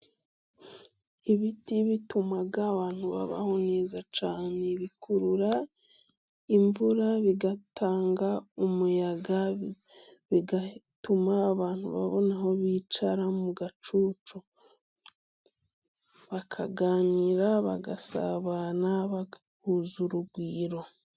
Ibiti bitumaga abantu babaho neza cyane. Bikurura imvura bigatanga umuyaga bigatuma abantu babona aho bicara mu gacucu bakaganira bagasabana, bagahuza urugwiro.